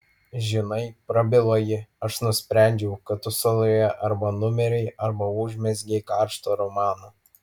žinai prabilo ji aš nusprendžiau kad tu saloje arba numirei arba užmezgei karštą romaną